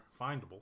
findable